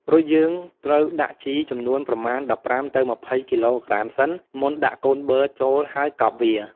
រួចយើងត្រូវដាក់ជីចំនួនប្រមាណ ១៥ ទៅ ២០ គីឡូក្រាមសិនមុនដាក់កូនប័រចូលហើយកប់វា។